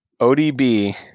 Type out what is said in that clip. ODB